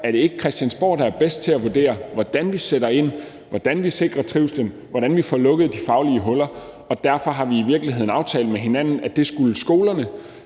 er det ikke Christiansborg, der er bedst til at vurdere, hvordan vi sætter ind, hvordan vi sikrer trivslen, hvordan vi får lukket de faglige huller. Derfor har vi i virkeligheden aftalt med hinanden, at det skulle skolerne,